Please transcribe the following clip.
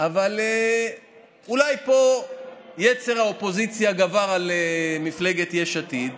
אבל אולי פה יצר האופוזיציה גבר על מפלגת יש עתיד,